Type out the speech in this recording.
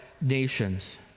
nations